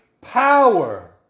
power